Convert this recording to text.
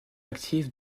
actif